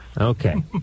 Okay